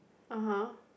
(uh huh)